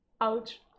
Ouch